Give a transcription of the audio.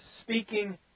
speaking